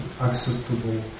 acceptable